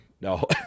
no